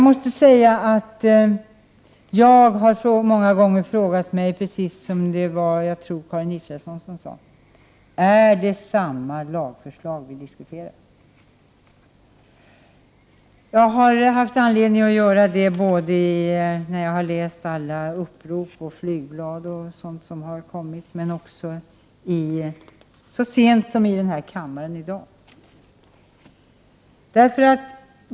Många gånger har jag frågat mig, precis som Karin Israelsson: Är det samma lagförslag vi diskuterar? Jag har haft anledning att ställa mig den frågan när jag har läst alla upprop och flygblad, och också så sent som i den här kammaren i dag.